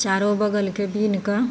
चारो बगलके बीनके